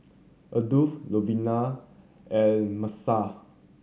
Adolf Luvenia and Miesha